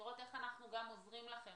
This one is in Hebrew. לראות גם איך אנחנו עוזרים לכם,